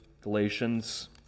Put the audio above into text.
Galatians